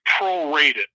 prorated